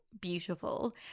beautiful